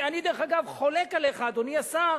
אני, דרך אגב, חולק עליך, אדוני השר.